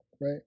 Right